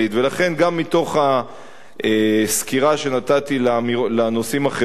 גם מתוך הסקירה שנתתי בנושאים החברתיים,